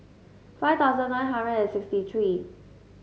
five thousand nine hundred and sixty three